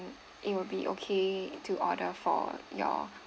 it will be okay to order for your